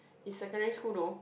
in secondary school though